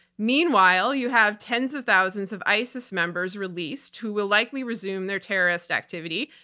meanwhile, you have tens of thousands of isis members released who will likely resume their terrorist activity,